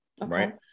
right